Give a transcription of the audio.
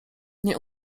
nie